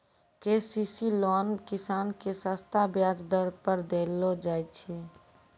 KCC loan किसान के सस्ता ब्याज दर पर देलो जाय छै